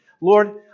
Lord